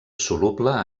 soluble